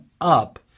up